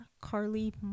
Carly